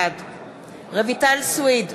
בעד רויטל סויד,